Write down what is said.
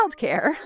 childcare